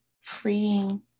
freeing